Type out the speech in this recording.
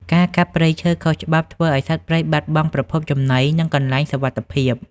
ការកាប់ព្រៃឈើខុសច្បាប់ធ្វើឱ្យសត្វព្រៃបាត់បង់ប្រភពចំណី និងកន្លែងសុវត្ថិភាព។